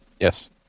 Yes